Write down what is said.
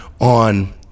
on